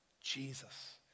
Jesus